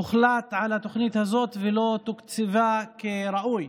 הוחלט על התוכנית הזאת והיא לא תוקצבה כראוי.